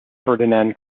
ferdinand